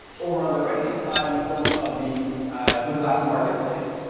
over on the right hand side in the form of the google apps marketplace,